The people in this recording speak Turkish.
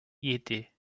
yedi